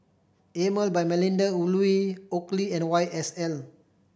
Emel by Melinda Looi Oakley and Y S L